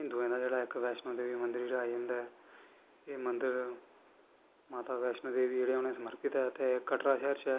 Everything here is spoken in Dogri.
हिंदुएं दा जेह्ड़ा इक वैष्णो देवी मंदर जेह्ड़ा आई जंदा ऐ एह् मंदर माता वैष्णो देवी जेह्ड़ी उ'नें गी समर्पत ऐ ते कटड़ा शैह्र च ऐ